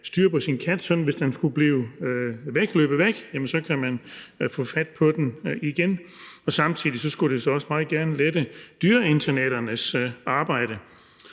for så kan man, hvis den skulle løbe væk, få fat på den igen. Det skulle samtidig også meget gerne lette dyreinternaternes arbejde.